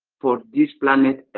for this planet